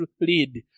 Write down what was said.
lead